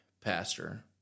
pastor